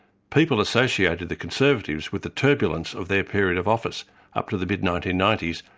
people associated the conservatives with the turbulence of their period of office up to the mid nineteen ninety s,